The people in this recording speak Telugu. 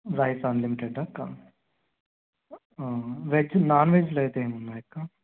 రైస్ అన్లిమిటెడ్ ఆ అక్క వెజ్ నాన్వెజ్లో అయితే ఏమి ఉన్నాయి అక్క